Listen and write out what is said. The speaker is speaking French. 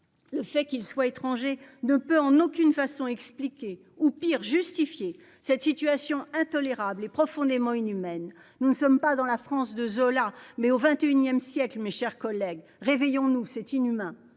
Le fait qu'ils soient étrangers ne peut en aucune façon expliquer ou pire. Cette situation intolérable est profondément inhumaine. Nous ne sommes pas dans la France de Zola mais au 21ième siècles, mes chers collègues. Réveillons-nous c'est inhumain.